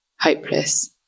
hopeless